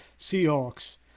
Seahawks